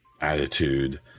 attitude